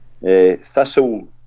Thistle